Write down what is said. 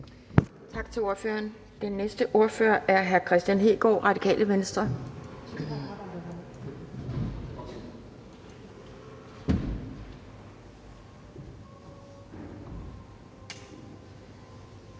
Tak til ordføreren. Den næste ordfører er hr. Kristian Hegaard, Radikale Venstre.